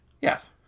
Yes